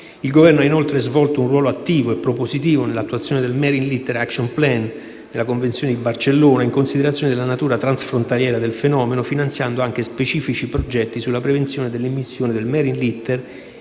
Il Governo ha inoltre svolto un ruolo attivo e propositivo nell'attuazione del Marine litter action plan della Convenzione di Barcellona in considerazione della natura transfrontaliera del fenomeno, finanziando anche specifici progetti sulla prevenzione delle emissioni del *marine litter*